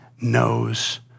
knows